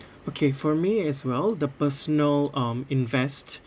okay for me as well the personal um invest